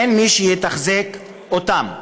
אין מי שיתחזק אותם.